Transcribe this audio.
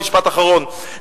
משפט אחרון,